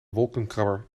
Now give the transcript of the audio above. wolkenkrabber